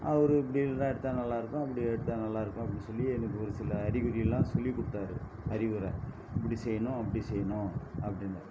அவர் இப்படிலாம் எடுத்தால் நல்லா இருக்கும் அப்படி எடுத்தால் நல்லா இருக்கும் அப்படின்னு சொல்லி எனக்கு ஒரு சில அறிகுறில்லாம் சொல்லிக் கொடுத்தாரு அறிவுரை இப்படி செய்யணும் அப்படி செய்யணும் அப்படின்னாரு